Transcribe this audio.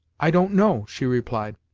i don't know, she replied.